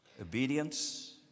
Obedience